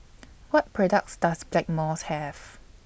What products Does Blackmores Have